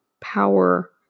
power